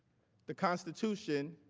the constitution